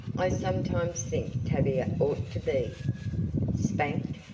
i sometimes think tavia ought to be spanked,